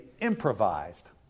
improvised